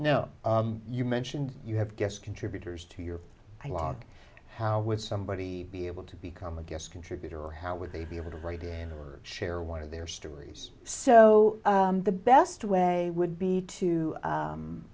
know you mentioned you have guess contributors to your i log how would somebody be able to become a guest contributor or how would they be able to write in or share one of their stories so the best way would be to